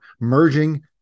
merging